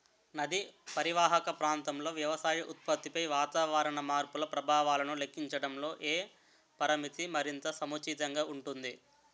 నదీ పరీవాహక ప్రాంతంలో వ్యవసాయ ఉత్పత్తిపై వాతావరణ మార్పుల ప్రభావాలను లెక్కించడంలో ఏ పరామితి మరింత సముచితంగా ఉంటుంది?